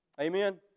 Amen